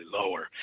lower